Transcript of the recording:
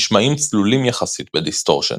נשמעים "צלולים" יחסית בדיסטורשן.